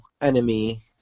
enemy